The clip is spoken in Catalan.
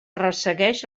ressegueix